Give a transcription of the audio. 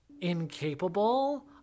incapable